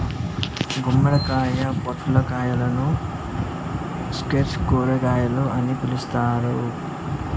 గుమ్మడికాయ, పొట్లకాయలను స్క్వాష్ కూరగాయలు అని పిలుత్తారు